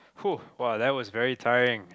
!wow! that was very tiring